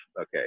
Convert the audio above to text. okay